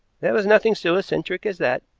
there was nothing so eccentric as that,